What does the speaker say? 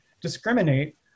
discriminate